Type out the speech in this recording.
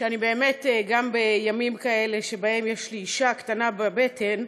שאני באמת גם בימים כאלה שבהם יש לי אישה קטנה בבטן,